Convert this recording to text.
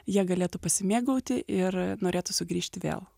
jie galėtų pasimėgauti ir norėtų sugrįžti vėl